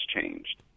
changed